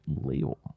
Label